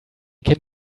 can